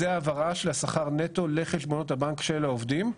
הוא העברה של השכר נטו לחשבונות הבנק של העובדים,